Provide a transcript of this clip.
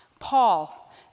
Paul